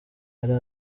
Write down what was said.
yari